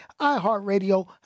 iHeartRadio